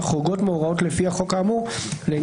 זה לא